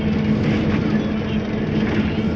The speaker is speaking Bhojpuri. ट्यूलिप के फूल में कवनो महक नाइ होखेला